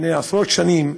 לפני עשרות שנים